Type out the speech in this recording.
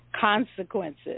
consequences